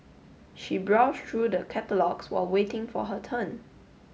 she browsed through the catalogues while waiting for her turn